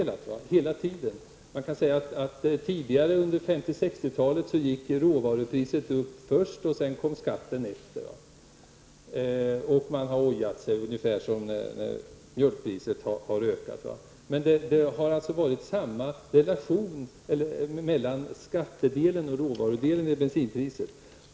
Man kan säga att under 50 och 60-talen gick råvarupriset upp först och sedan kom skatten, och folk har ojat sig ungefär som när mjölkpriset har ökat. Det har alltså varit samma relation mellan skattedelen och råvarudelen i bensinpriset.